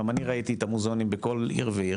גם אני ראיתי את המוזיאונים בכל עיר ועיר,